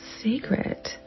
Secret